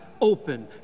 open